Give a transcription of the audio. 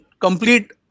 complete